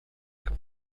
que